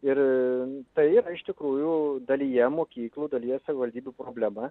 ir tai yra iš tikrųjų dalyje mokyklų dalyje savivaldybių problema